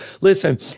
Listen